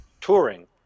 touring